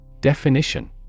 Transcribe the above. Definition